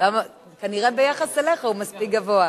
כנראה ביחס אליך הוא מספיק גבוה.